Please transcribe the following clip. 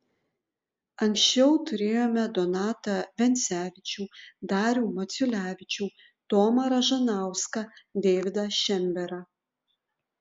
anksčiau turėjome donatą vencevičių darių maciulevičių tomą ražanauską deividą šemberą